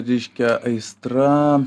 reiškia aistra